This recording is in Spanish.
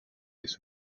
les